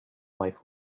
life